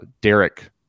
Derek